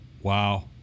Wow